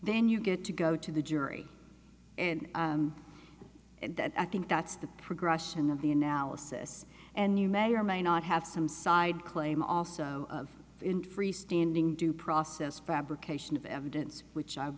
then you get to go to the jury and and i think that's the progression of the analysis and you may or may not have some side claim also in freestanding due process fabrication of evidence which i'm